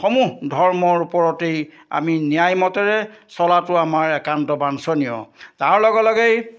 সমূহ ধৰ্মৰ ওপৰতেই আমি ন্যায়মতেৰে চলাটো আমাৰ একান্ত বাঞ্ছনীয় তাৰ লগে লগেই